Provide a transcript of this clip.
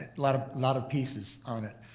lot ah lot of pieces on it.